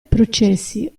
processi